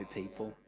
people